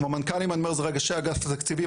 כמו מנכ"לים אני אומר ראשי אגף התקציבים,